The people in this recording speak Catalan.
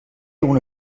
una